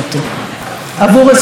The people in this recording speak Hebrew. עבור אזרחי ישראל.